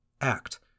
act